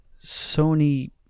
Sony